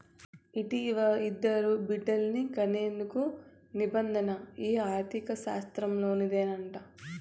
ఇంటివా, ఇద్దరు బిడ్డల్ని కనేందుకు నిబంధన ఈ ఆర్థిక శాస్త్రంలోనిదేనంట